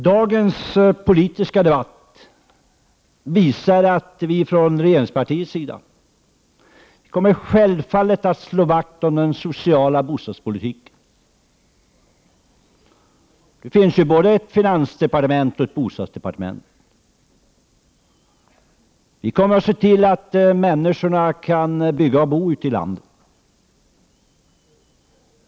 Dagens politiska debatt visar att vi från regeringspartiets sida självfallet kommer att slå vakt om den sociala bostadspoiitiken. Det finns ju både ett finansdepartement och ett bostadsdepartement. Vi kommer att se till att människorna kan bygga och bo ute i landet.